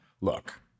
look